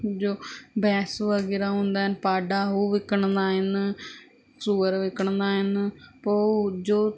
जो भैंस वग़ैरह हूंदा आहिनि पाॾा हू विकिणंदा आहिनि सूअर विकिणंदा आहिनि पोइ जो